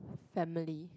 family